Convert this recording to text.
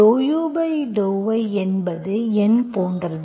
∂u∂y என்பது N போன்றது